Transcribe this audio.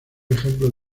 ejemplo